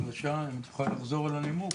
החלשה את יכולה לחזור על הנימוק?